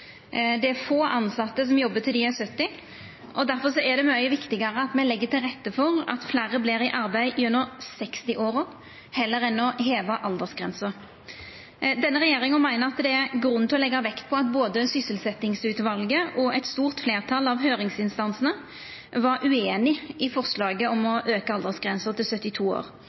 Det er få tilsette som jobbar til dei er 70 år. Difor er det mykje viktigare at me legg til rette for at fleire vert i arbeid gjennom 60-åra, enn at me hevar aldersgrensa. Denne regjeringa meiner det er grunn til å leggja vekt på at både sysselsetjingsutvalet og eit stort fleirtal av høyringsinstansane var ueinige i forslaget om å auka aldersgrensa til 72 år.